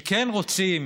שכן רוצים